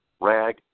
Rag